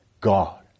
God